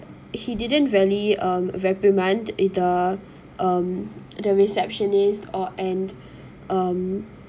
he didn't really uh reprimand with the um the receptionist or and um